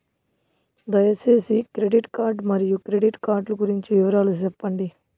దయసేసి credit card మరియు credit card లు గురించి వివరాలు సెప్పండి?